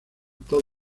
todo